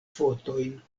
fotojn